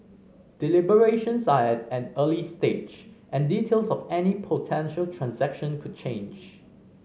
deliberations are at an early stage and details of any potential transaction could change